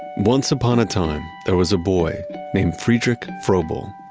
once upon a time, there was a boy named friedrich froebel.